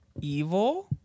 evil